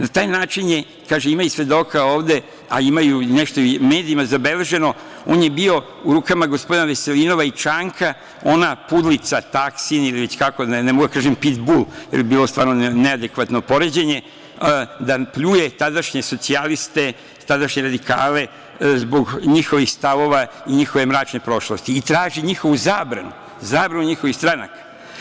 Na taj način je, kažem ima i svedoka ovde, a ima nešto i u medijima zabeleženo, on je bio u rukama gospodina Veselinova i Čanka, ona pudlica, ne mogu da kažem, pitbul, jer bi bilo stvarno neadekvatno poređenje, da pljuje tadašnje socijaliste, tadašnje radikale, zbog njihovih stavova i njihove mračne prošlosti i traži njihovu zabranu, zabranu njihovih stranaka.